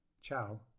Ciao